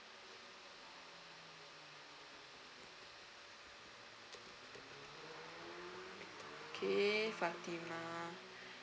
okay fatimah